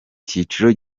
cyiciro